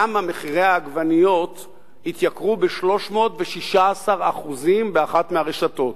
למה העגבניות התייקרו ב-316% באחת מהרשתות?